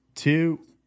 Two